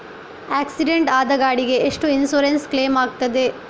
Accident ಆದ ಗಾಡಿಗೆ ಎಷ್ಟು ಇನ್ಸೂರೆನ್ಸ್ ಕ್ಲೇಮ್ ಆಗ್ತದೆ?